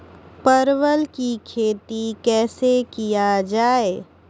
परवल की खेती कैसे किया जाय?